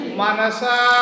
manasa